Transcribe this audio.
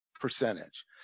percentage